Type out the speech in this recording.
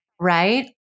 Right